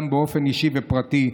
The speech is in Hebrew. גם באופן אישי ופרטי,